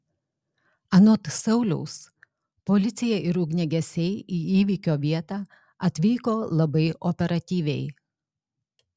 anot sauliaus policija ir ugniagesiai į įvykio vietą atvyko labai operatyviai